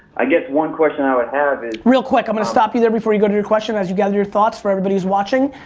i guess one question i would have is real quick i'm going to stop you there before you go to your question as you gather your thoughts for everybody who's watching,